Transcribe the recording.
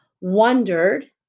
wondered